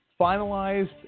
finalized